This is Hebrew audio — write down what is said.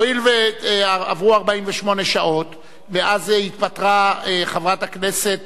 הואיל ועברו 48 שעות מאז התפטרה חברת הכנסת